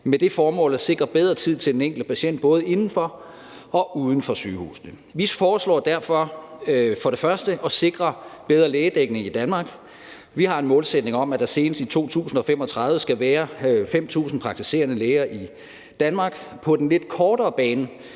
med det formål at sikre bedre tid til den enkelte patient både inden for og uden for sygehusene. Vi foreslår derfor for det første at sikre bedre lægedækning i Danmark: Vi har en målsætning om, at der senest i 2035 skal være 5.000 praktiserende læger i Danmark. På den lidt kortere bane